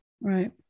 Right